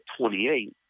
28